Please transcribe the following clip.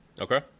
Okay